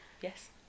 yes